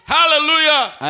Hallelujah